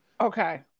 Okay